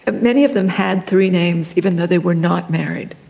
ah many of them had three names even though they were not married.